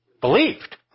believed